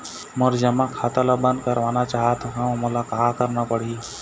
मोर जमा खाता ला बंद करवाना चाहत हव मोला का करना पड़ही?